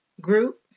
Group